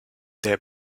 their